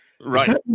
Right